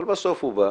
אבל בסוף הוא בא,